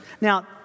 Now